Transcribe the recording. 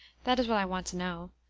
that is what i want to know.